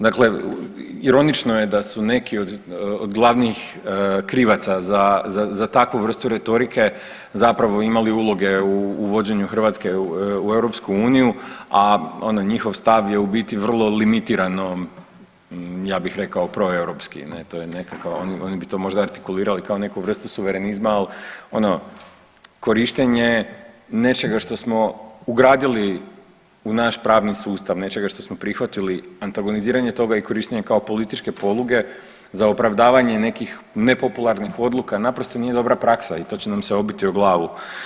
Dakle, ironično je da su neki od glavnih krivaca za takvu vrstu retorike zapravo imali uloge u vođenju Hrvatske u EU, a ono njihov stav je u biti vrlo limitiranom, ja bih rekao proeuropski, to je nekakav, oni bi to možda artikulirali kao neku vrstu suverenizma, ali korištenje nečega što smo ugradili u naš pravni sustav, nečega što smo prihvatili, antagoniziranje toga i korištenje kao političke poluge za opravdavanje nekih nepopularnih odluka naprosto nije dobra praksa i to će nam se obiti o glavu.